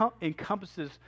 encompasses